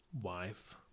wife